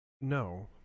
no